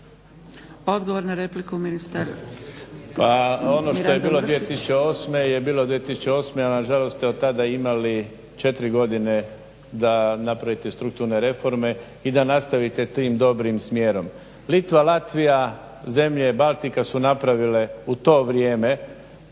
Odgovor na repliku ministar